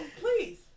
please